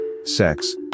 sex